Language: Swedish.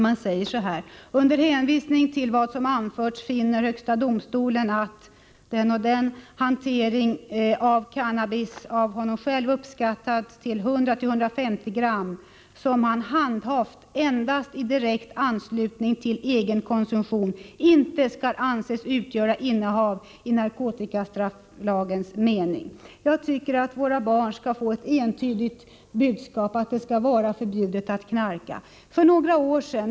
Man säger så här: ”Under hänvisning till vad som har anförts finner Högsta domstolen att ——— hantering av den cannabis — av honom själv uppskattad till 100-150 gram — som han handhaft endast i direkt anslutning till egen konsumtion inte skall anses utgöra innehav i narkotikastrafflagens mening.” Jag tycker att våra barn skall få ett entydigt budskap, det skall vara förbjudet att knarka.